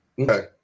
Okay